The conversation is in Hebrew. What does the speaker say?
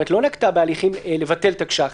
היא לא נקטה בהליכים לבטל תקש"חים.